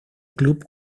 club